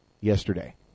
yesterday